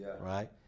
right